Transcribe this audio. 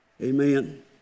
amen